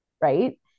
right